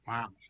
Wow